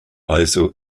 also